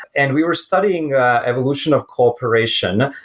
and we were studying evolution of cooperation.